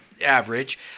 average